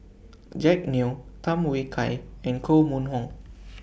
Jack Neo Tham Yui Kai and Koh Mun Hong